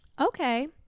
Okay